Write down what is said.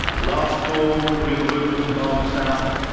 last call. do we have a mover from derby south?